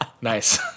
Nice